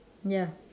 ya